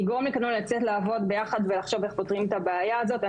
יגרום לכולנו לצאת לעבוד ביחד ולחשוב איך פותרים את הבעיה הזאת.